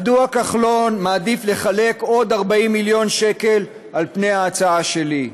מדוע כחלון מעדיף לחלק עוד 40 מיליון שקל על פני ההצעה שלי?